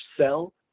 sell